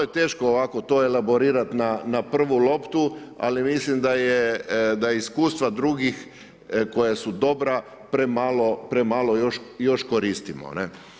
Malo je teško ovako to elaborirati na prvu loptu, ali mislim da je, da iskustva drugih koja su dobra, premalo još koristimo, ne.